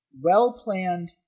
Well-planned